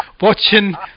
watching